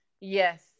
Yes